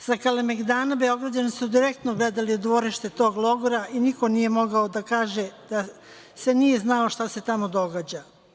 Sa Kalemegdana Beograđani su direktno gledali u dvorište tog logora i niko nije mogao da kaže da se nije znalo šta se tamo događa.